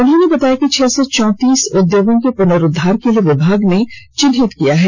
उन्होंने बताया कि छह सौ चौंतीस उद्योगों के पुनरूद्वार के लिए विभाग ने चिन्हित किया है